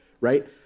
right